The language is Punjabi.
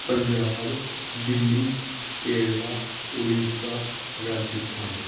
ਪੰਜਾਬ ਦਿੱਲੀ ਕੇਰਲਾ ਉੜੀਸਾ ਰਾਜਸਥਾਨ